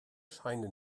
scheine